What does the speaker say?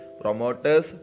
promoters